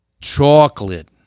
Chocolate